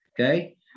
okay